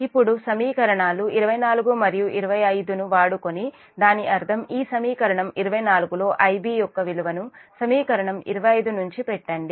ఇప్పుడు సమీకరణాలు 24 మరియు 25న వాడుకుని దాని అర్థం ఈ సమీకరణం 24 లో Ib యొక్క విలువని సమీకరణం 25 నుంచి పెట్టండి